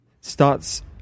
starts